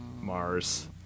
Mars